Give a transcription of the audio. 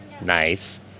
nice